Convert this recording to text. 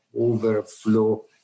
overflow